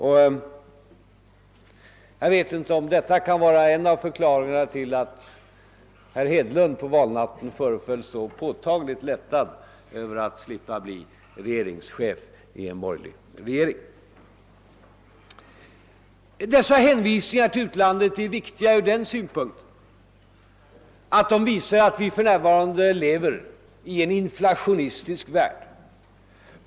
Jag vet inte om detta kan vara en av förklaringarna till att herr Hedlund under valnatten föreföll så påtagligt lättad över att slippa bli regeringschef i en borgerlig regering. Dessa hänvisningar till utlandet är viktiga ur den synpunkten att de visar att vi nu lever i en inflationistisk värld.